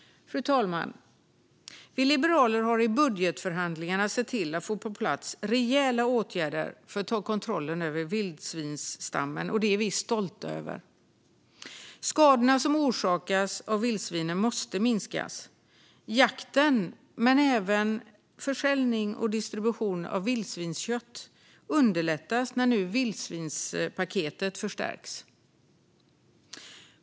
Fru talman! Vi liberaler har i budgetförhandlingarna sett till att få på plats rejäla åtgärder för att ta kontrollen över vildsvinsstammen, och det är vi stolta över. Skadorna som orsakas av vildsvinen måste minska. Jakt men även försäljning och distribution av vildsvinskött underlättas när vildsvinspaketet nu förstärks.